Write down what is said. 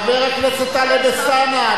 חבר הכנסת טלב אלסאנע,